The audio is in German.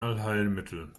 allheilmittel